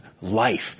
life